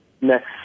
next